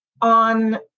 On